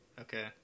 Okay